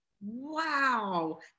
Wow